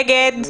נגד.